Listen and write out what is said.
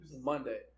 Monday